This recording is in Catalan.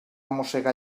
mossegar